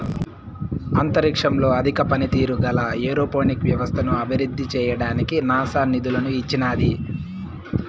అంతరిక్షంలో అధిక పనితీరు గల ఏరోపోనిక్ వ్యవస్థను అభివృద్ధి చేయడానికి నాసా నిధులను ఇచ్చినాది